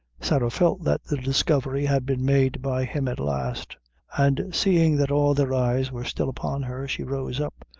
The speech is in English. sarah felt that the discovery had been made by him at last and seeing that all their eyes were still upon her, she rose up,